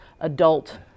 adult